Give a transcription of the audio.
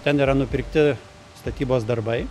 ten yra nupirkti statybos darbai